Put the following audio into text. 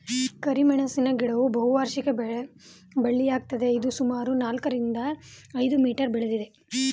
ಕರಿಮೆಣಸಿನ ಗಿಡವು ಬಹುವಾರ್ಷಿಕ ಬಳ್ಳಿಯಾಗಯ್ತೆ ಇದು ಸುಮಾರು ನಾಲ್ಕರಿಂದ ಐದು ಮೀಟರ್ ಬೆಳಿತದೆ